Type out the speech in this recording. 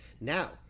now